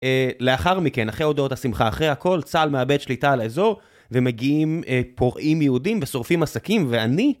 לאחר מכן, אחרי הודעות השמחה, אחרי הכל, צה״ל מאבד שליטה על האזור ומגיעים פורעים יהודים ושורפים עסקים ואני...